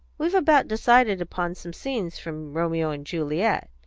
we've about decided upon some scenes from romeo and juliet.